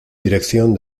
dirección